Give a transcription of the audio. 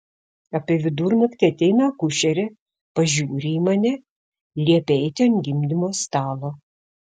apie vidurnaktį ateina akušerė pažiūri į mane liepia eiti ant gimdymo stalo